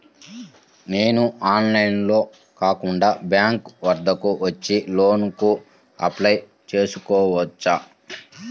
నేను ఆన్లైన్లో కాకుండా బ్యాంక్ వద్దకు వచ్చి లోన్ కు అప్లై చేసుకోవచ్చా?